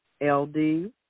LD